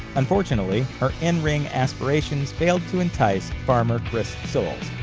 unfortunately, her in-ring aspirations failed to entice farmer chris soules,